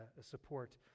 support